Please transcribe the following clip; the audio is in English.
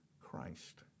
Christ